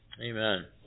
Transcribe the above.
Amen